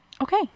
Okay